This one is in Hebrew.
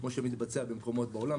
כמו שמתבצע במקומות בעולם.